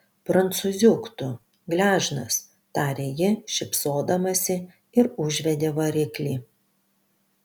prancūziuk tu gležnas tarė ji šypsodamasi ir užvedė variklį